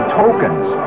tokens